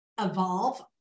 evolve